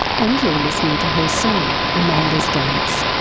and you're listening to her song amanda's dance.